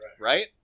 right